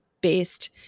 based